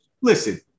listen